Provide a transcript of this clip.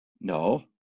No